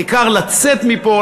העיקר לצאת מפה,